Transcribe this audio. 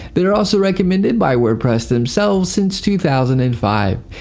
they are also recommended by wordpress themselves since two thousand and five.